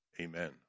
Amen